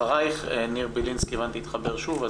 אחרייך ניר בלינסקי שהתחבר שוב.